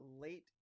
late